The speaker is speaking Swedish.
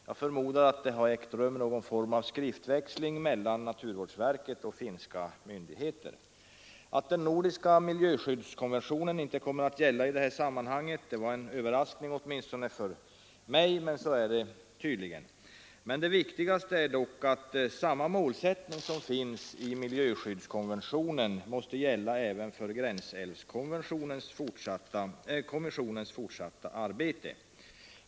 Jag förmodar att någon form av skriftväxling har ägt rum Att den nordiska miljöskyddskonventionen inte kommer att gälla i detta sammanhang var en överraskning, åtminstone för mig, men så är det tydligen. Det viktigaste är dock att målsättningen i den nordiska miljöskyddskonventionen kommer att gälla även för gränsälvskommissionens fortsatta arbete.